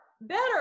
better